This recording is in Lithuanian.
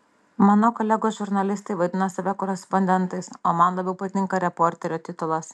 mano kolegos žurnalistai vadina save korespondentais o man labiau patinka reporterio titulas